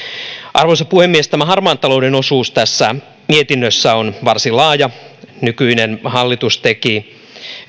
arvoisa puhemies harmaan talouden osuus tässä mietinnössä on varsin laaja nykyinen hallitus teki